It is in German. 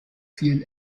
fielen